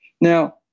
Now